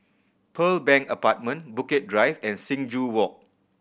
Pearl Bank Apartment Bukit Drive and Sing Joo Walk